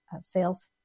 sales